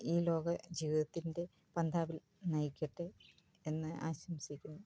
ഈ ലോകജീവിതത്തിൻ്റെ പന്താവിൽ നയിക്കട്ടെ എന്ന് ആശംസിക്കുന്നു